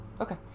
Okay